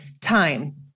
time